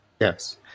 Yes